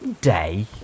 day